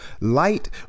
Light